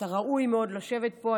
אתה ראוי מאוד לשבת פה.